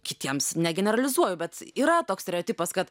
kitiems ne generalizuoju bet yra toks stereotipas kad